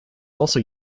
also